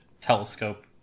telescope